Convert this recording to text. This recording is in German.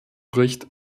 bricht